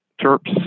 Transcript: Terps